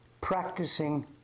Practicing